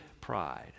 pride